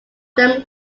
them